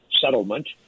settlement